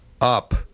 up